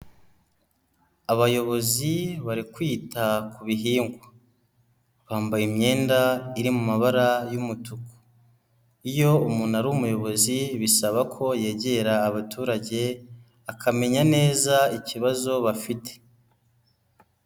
Abayobozi bari kwita ku bihingwa, bambaye imyenda iri mu mabara y'umutuku. Iyo umuntu ari umuyobozi bisaba ko yegera abaturage, akamenya neza ikibazo bafite.